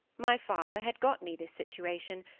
my father had got me this situation,